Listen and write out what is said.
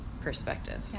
perspective